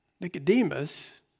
Nicodemus